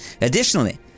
Additionally